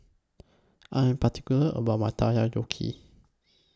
I Am particular about My Takoyaki